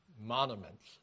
monuments